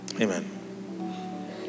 Amen